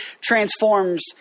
transforms